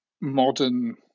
modern